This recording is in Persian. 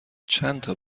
چندتا